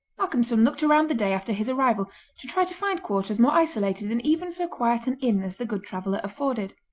malcolmson looked around the day after his arrival to try to find quarters more isolated than even so quiet an inn as the good traveller afforded.